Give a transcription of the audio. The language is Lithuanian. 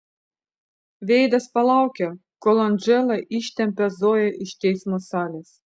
veidas palaukia kol andžela ištempia zoją iš teismo salės